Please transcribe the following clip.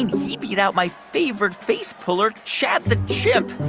mean, he beat out my favorite face puller, chad the chimp.